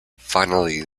finally